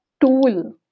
tool